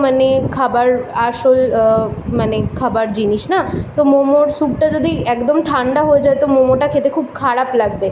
মানে খাবার আসল মানে খাবার জিনিস না তো মোমোর স্যুপটা যদি একদম ঠান্ডা হয়ে যায় তো মোমোটা খেতে খুব খারাপ লাগবে